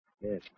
Yes